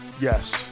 Yes